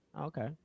Okay